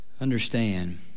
understand